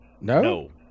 No